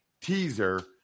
teaser